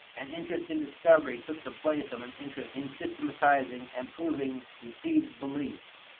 an interest in discovery took the place of an interest in systematizing and proving received beliefs.